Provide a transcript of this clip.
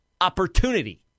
opportunity